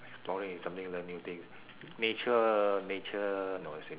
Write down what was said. exploring is something you learn new things nature nature no same